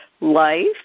life